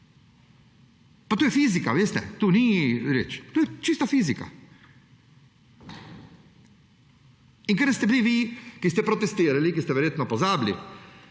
Pa to je fizika, veste, to ni reč, to je čista fizika. In ker ste bili vi, ki ste protestirali, ki ste verjetno pozabili,